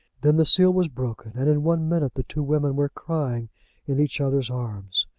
then the seal was broken, and in one minute the two women were crying in each other's arms.